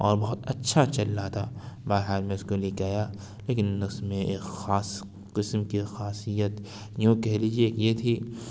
اور بہت اچھا چل رہا تھا بہرحال میں اس کو لے کے آیا لیکن اس میں ایک خاص قسم کی خاصیت یوں کہہ لیجیے ایک یہ تھی